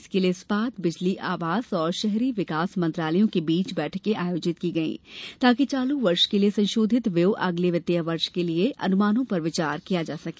इसके लिए इस्पात बिजली आवास और शहरी विकास मंत्रालयों के बीच बैठकें आयोजित की गई ताकि चालू वर्ष के लिए संशोधित व्यूय अगले वित्तीय वर्ष के लिए अनुमानों पर विचार किया जा सके